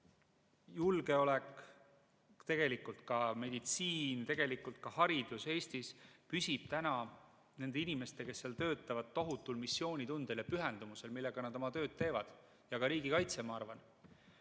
julgeolek, tegelikult ka meditsiin, tegelikult ka haridus Eestis püsib nende inimeste, kes seal töötavad, tohutul missioonitundel ja pühendumusel, millega nad oma tööd teevad. Ka riigikaitse, ma arvan.